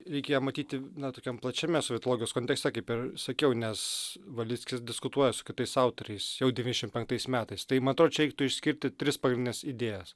reikėjo matyti na tokiam plačiame sovietologijos kontekste kaip ir sakiau nes valickis diskutuoja su kitais autoriais jau dvidešimt penktais metais tai man atrodo čia reiktų išskirti tris pagrindines idėjas